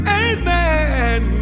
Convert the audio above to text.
amen